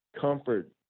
comfort